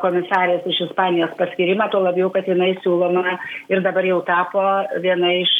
komisarės iš ispanijos paskyrimą tuo labiau kad jinai siūloma ir dabar jau tapo viena iš